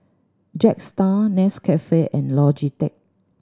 Jetstar Nescafe and Logitech